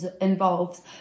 involves